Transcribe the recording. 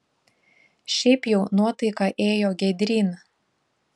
šiaip jau nuotaika ėjo giedryn